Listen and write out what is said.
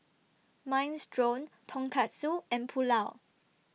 Minestrone Tonkatsu and Pulao